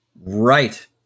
Right